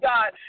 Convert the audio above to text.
God